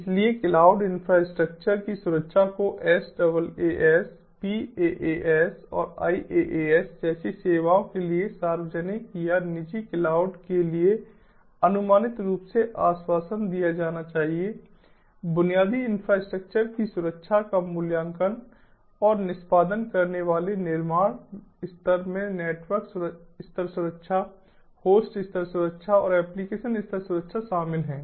इसलिए cloud infrastructure की सुरक्षा को SaaS PaaS और IaaS जैसी सेवाओं के लिए सार्वजनिक या निजी क्लाउड के लिए अनुमानित रूप से आश्वासन दिया जाना चाहिए बुनियादी इंफ्रास्ट्रक्चर की सुरक्षा का मूल्यांकन और निष्पादन करने वाले निर्माण स्तर में नेटवर्क स्तर सुरक्षा होस्ट स्तर सुरक्षा और एप्लिकेशन स्तर सुरक्षा शामिल हैं